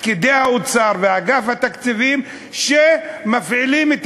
פקידי האוצר ואגף התקציבים שמפעילים את